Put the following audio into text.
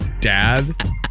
dad